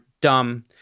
dumb